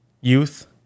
youth